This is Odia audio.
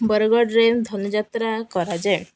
ବରଗଡ଼ରେ ଧନୁଯାତ୍ରା କରାଯାଏ